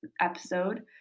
episode